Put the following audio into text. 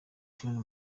turner